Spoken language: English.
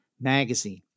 magazine